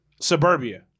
suburbia